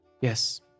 Yes